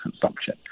consumption